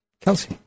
Kelsey